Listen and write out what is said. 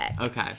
Okay